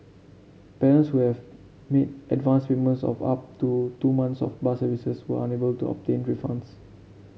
parents who have made advanced payments of up to two months of bus services were unable to obtain refunds